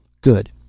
Good